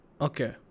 Okay